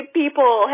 people